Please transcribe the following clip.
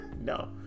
No